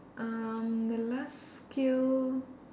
um the last skill